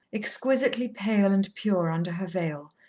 exquisitely pale and pure under her veil,